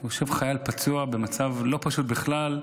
שוכב חייל פצוע במצב לא פשוט בכלל,